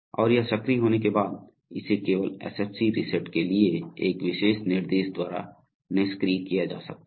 और यह सक्रिय होने के बाद इसे केवल SFC रीसेट के लिए एक विशेष निर्देश द्वारा निष्क्रिय किया जा सकता है